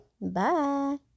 Bye